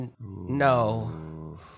No